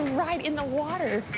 right in the water.